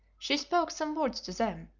she spoke some words to them,